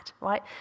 right